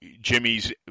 Jimmy's